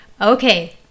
Okay